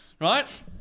right